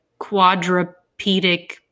quadrupedic